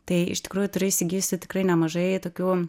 tai iš tikrųjų turi įsigijusi tikrai nemažai tokių